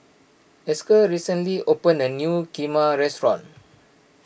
Esker recently opened a new Kheema restaurant